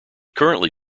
currently